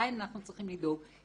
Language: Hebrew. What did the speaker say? עדיין אנחנו צריכים לדאוג.